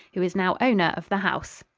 who is now owner of the house.